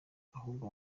ahubwo